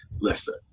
listen